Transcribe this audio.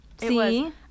see